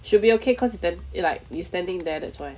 should be okay cause it's d~ like you standing there that's why